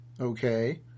Okay